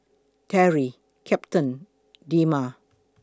Teri Captain Delma